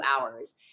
hours